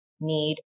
need